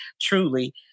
truly